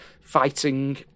fighting